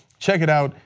check it out,